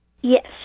Yes